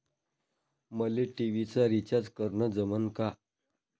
मले टी.व्ही चा रिचार्ज करन जमन का?